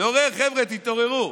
לעורר: חבר'ה, תתעוררו.